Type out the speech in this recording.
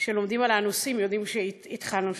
כשלומדים על האנוסים יודעים שהתחלנו שם.